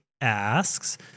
asks